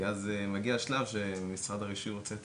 כי מגיע השלב בו משרד הרישוי מבקש את